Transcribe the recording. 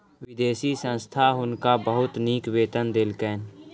विदेशी संस्था हुनका बहुत नीक वेतन देलकैन